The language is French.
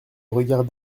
regard